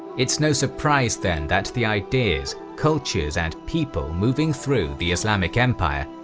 it's no surprise then that the ideas, cultures, and people moving through the islamic empire,